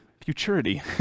futurity